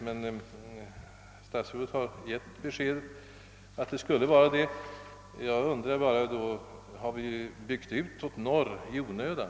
Men herr statsrådet har ju givit ett klart besked att det skall gå att klara detta, och då undrar jag bara åter, om man kanske har byggt ut spårområdet norrut i onödan?